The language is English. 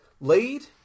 lead